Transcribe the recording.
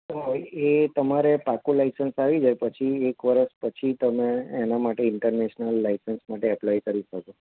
તો એ તમારે પાકું લાઇસન્સ આવી જાય પછી એક વરસ પછી તમે એના માટે ઇન્ટરનેશનલ લાઇસન્સ માટે અપલાય કરી શકો